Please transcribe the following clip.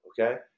okay